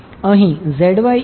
અહીં